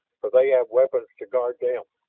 for they have weapons to guard them,